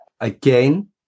again